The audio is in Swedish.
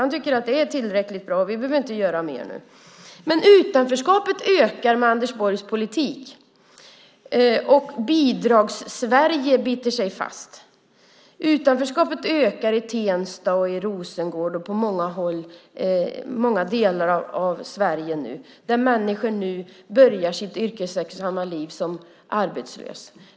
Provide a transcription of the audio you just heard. Han tycker att det är tillräckligt bra och att man inte behöver göra mer nu. Men utanförskapet ökar med Anders Borgs politik, och Bidragssverige biter sig fast. Utanförskapet ökar i Tensta, i Rosengård och i många andra delar av Sverige nu. Människor där börjar nu sitt yrkesliv som arbetslös.